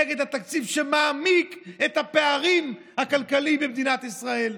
נגד התקציב שמעמיק את הפערים הכלכליים במדינת ישראל.